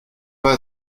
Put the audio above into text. pas